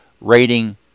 rating